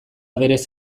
berez